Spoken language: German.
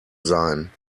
sein